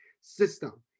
system